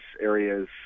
areas